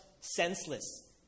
senseless